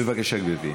בבקשה, גברתי,